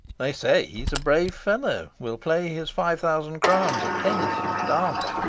they say he s a brave fellow, will play his five thousand crowns at tennis, dance,